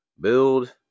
build